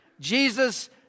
Jesus